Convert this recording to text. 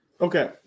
Okay